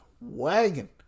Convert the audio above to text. wagon